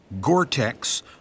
Gore-Tex